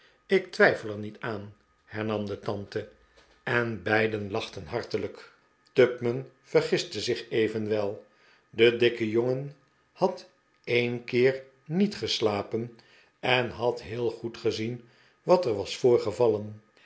ik twijfei er niet aan hernam de tante en bejden lachten hartelijk tupman vergiste zich eyenwel de dikke jongen had een keer niet geslapen en had heel goed gezien wat er was voorgevallen